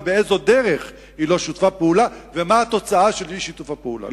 באיזו דרך היא לא שיתפה פעולה ומה התוצאה של אי-שיתוף הפעולה.